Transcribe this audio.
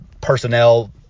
personnel